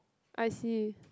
I see